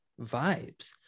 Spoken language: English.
vibes